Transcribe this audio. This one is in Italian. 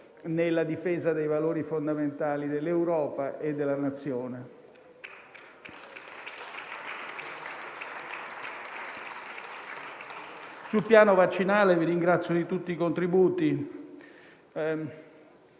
nella difesa dei valori fondamentali dell'Europa e della Nazione. Sul piano vaccinale, vi ringrazio di tutti i contributi.